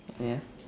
ya